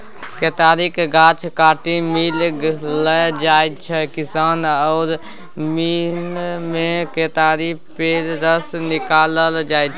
केतारीक गाछ काटि मिल लए जाइ छै किसान आ मिलमे केतारी पेर रस निकालल जाइ छै